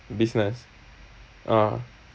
business ah